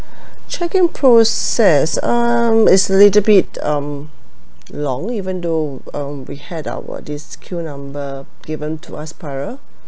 check in process um it's a little bit um long even though um we had our this queue number given to us prior